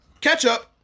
ketchup